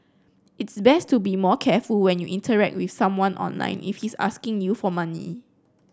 it's best to be more careful when you interact with someone online if he's asking you for money